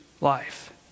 life